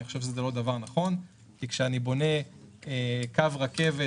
אני חושב שזה לא דבר נכון כי כשאני בונה קו רכבת